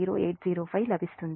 0805 లభిస్తుంది